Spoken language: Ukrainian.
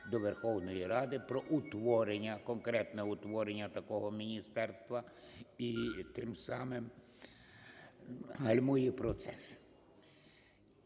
до Верховної Ради про утворення, конкретне утворення такого міністерства, і тим самим гальмує процес.